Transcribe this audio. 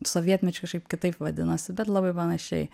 sovietmečiu kažkaip kitaip vadinosi bet labai panašiai